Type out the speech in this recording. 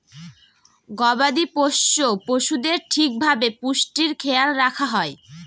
গবাদি পোষ্য পশুদের ঠিক ভাবে পুষ্টির খেয়াল রাখা হয়